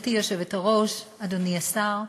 גברתי היושבת-ראש, אדוני השר,